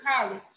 college